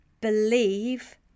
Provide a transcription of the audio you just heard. believe